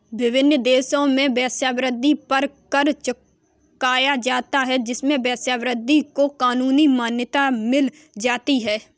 विभिन्न देशों में वेश्यावृत्ति पर कर चुकाया जाता है जिससे वेश्यावृत्ति को कानूनी मान्यता मिल जाती है